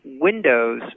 windows